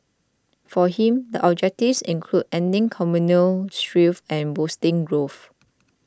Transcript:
for him the objectives included ending communal strife and boosting growth